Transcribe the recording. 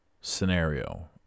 scenario